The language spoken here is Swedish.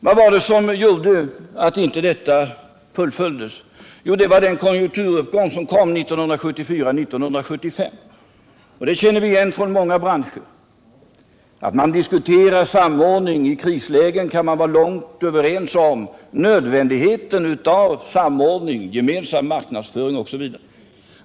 Vad var det då som gjorde att detta inte fullföljdes? Jo, det var den konjunkturuppgång som kom 1974-1975. Detta känner vi igen från många branscher. I krislägen kan man diskutera samgående, man kan vara långt överens om nödvändigheten av samordning, gemensam marknadsföring osv.